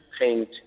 paint